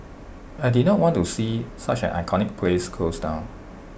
I did not want to see such an iconic place close down